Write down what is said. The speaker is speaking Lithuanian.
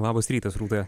labas rytas rūta